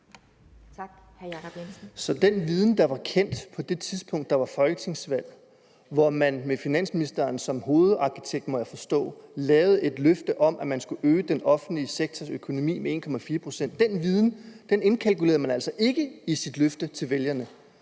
Så den viden, der var kendt på det tidspunkt, der var Folketingsvalg, hvor man med finansministeren som hovedarkitekt, må jeg forstå, kom med et løfte om, at man skulle øge den offentlige sektors økonomi med 1,4 pct., indkalkulerede man altså ikke i sit løfte til vælgerne,